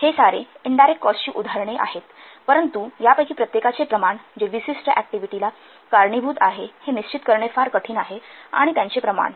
हे सारे इनडायरेक्ट कॉस्टची उदाहरणे आहेत परंतु यापैकी प्रत्येकाचे प्रमाण जे विशिष्ट ऍक्टिव्हिटीला कारणीभूत आहे हे निश्चित करणे फार कठीण आहे आणि त्यांचे प्रमाण